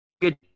good